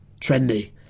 Trendy